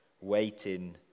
waiting